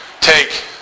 take